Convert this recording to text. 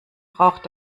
braucht